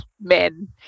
men